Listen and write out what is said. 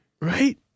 Right